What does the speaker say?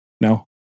No